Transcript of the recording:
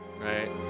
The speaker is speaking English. right